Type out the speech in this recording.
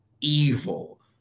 evil